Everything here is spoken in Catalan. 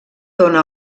dóna